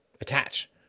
attach